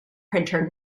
printer